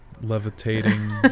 Levitating